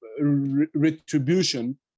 retribution